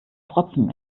pfropfen